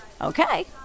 Okay